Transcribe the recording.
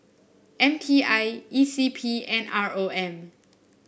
M T I E C P and R O M